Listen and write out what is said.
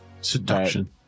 seduction